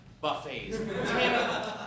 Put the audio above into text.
buffets